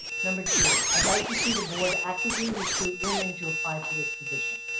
number two. i'd like to see the board actively recruit women to apply to this position.